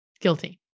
Guilty